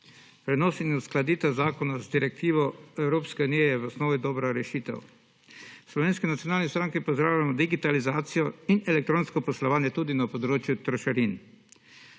Prenos in uskladitev zakona z direktivo Evropske unije je v osnovi dobra rešitev. V Slovenski nacionalni stranki pozdravljamo digitalizacijo in elektronsko poslovanje tudi na področju trošarin.